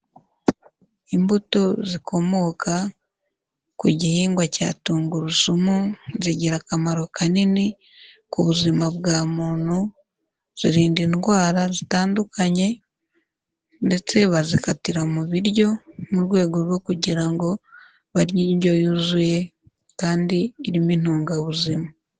Imbuto zikomoka ku gihingwa cya tungurusumu zigira akamaro kanini ku buzima bwa muntu, zirinda indwara zitandukanye, ndetse bazikatira mu biryo mu rwego rwo kugira ngo barye indyo yuzuye, kandi irimo intungabuzima.